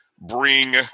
bring